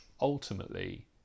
Ultimately